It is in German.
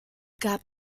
gab